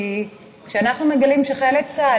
כי כשאנחנו מגלים שחיילי צה"ל,